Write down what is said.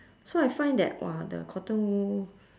so I find that !wah! the cotton wool